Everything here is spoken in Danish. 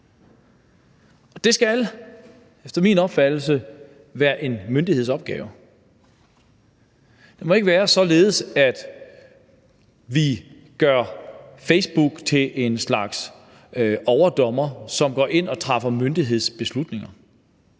opfattelse være en myndighedsopgave, for det må ikke være således, at vi gør Facebook til en slags overdommer, som går ind og træffer myndighedsbeslutninger